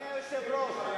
אדוני היושב-ראש,